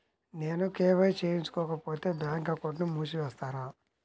నేను కే.వై.సి చేయించుకోకపోతే బ్యాంక్ అకౌంట్ను మూసివేస్తారా?